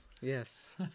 Yes